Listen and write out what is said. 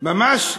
ממש ככה,